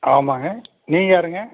ஆமாங்க நீங்கள் யாருங்க